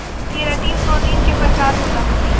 keratin protein के प्रकार होला